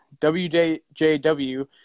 WJW